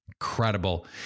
incredible